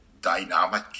dynamic